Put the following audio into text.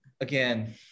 Again